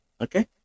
okay